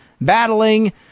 battling